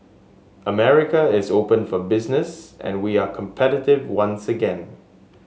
America is open for business and we are competitive once again